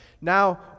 Now